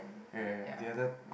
ya ya the other